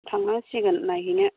थांनांसिगोन नायहैनो